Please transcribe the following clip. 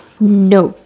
no